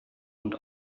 und